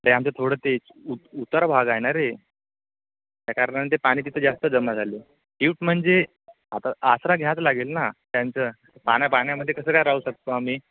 ते आमचं थोडं ते उ उतर भाग आहे ना रे त्या कारणाने ते पाणी तिथे जास्त जमा झालं शिफ्ट म्हणजे आता आसरा घ्याच लागेल ना त्यांचं पाण्या पाण्यामध्ये कसं काय राहू शकतो आम्ही